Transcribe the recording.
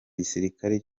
gisirikare